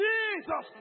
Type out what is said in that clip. Jesus